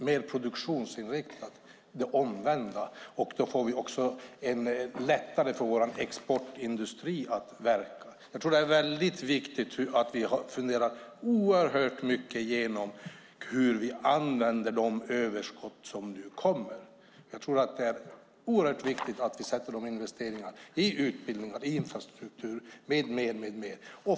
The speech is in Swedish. Mer produktionsinriktat innebär det omvända, och då får också vår exportindustri lättare att verka. Jag tror att det är väldigt viktigt att vi oerhört väl funderar igenom hur vi använder de överskott som nu kommer. Jag tror att det är oerhört viktigt att vi sätter dem i investeringar - i utbildningar, infrastruktur med mera.